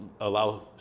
allow